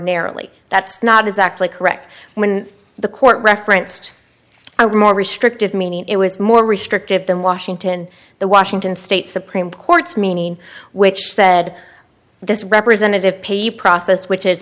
narrowly that's not exactly correct when the court referenced i were more restrictive meaning it was more restrictive than washington the washington state supreme court's meaning which said this representative payee process which is